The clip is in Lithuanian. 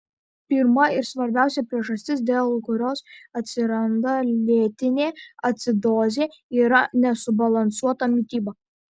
pirma ir svarbiausia priežastis dėl kurios atsiranda lėtinė acidozė yra nesubalansuota mityba